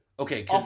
Okay